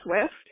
Swift